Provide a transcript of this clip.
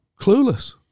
Clueless